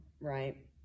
Right